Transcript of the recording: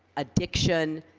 addiction,